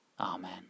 Amen